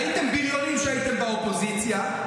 הייתם בריונים כשהייתם באופוזיציה,